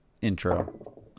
intro